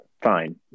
Fine